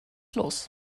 los